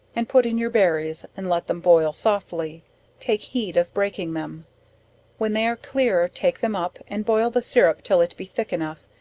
and put in your berries, and let them boil softly take heed of breaking them when they are clear, take them up, and boil the sirrup till it be thick enough,